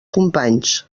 companys